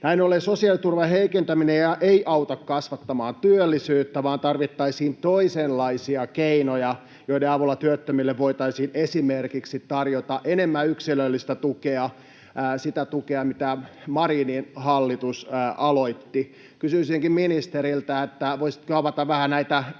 Näin ollen sosiaaliturvan heikentäminen ei auta kasvattamaan työllisyyttä, vaan tarvittaisiin toisenlaisia keinoja, joiden avulla työttömille voitaisiin esimerkiksi tarjota enemmän yksilöllistä tukea, sitä tukea, mitä Marinin hallitus aloitti. Kysyisinkin ministeriltä: voisitteko avata vähän näitä työttömille